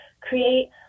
create